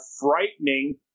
frightening